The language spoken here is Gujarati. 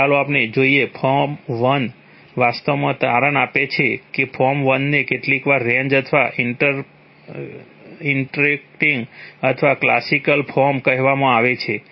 તો ચાલો આપણે જોઈએ ફોર્મ વન વાસ્તવમાં તારણ આપે છે કે ફોર્મ વનને કેટલીકવાર રેન્જ અથવા ઇન્ટરેક્ટિંગ અથવા ક્લાસિકલ ફોર્મ કહેવામાં આવે છે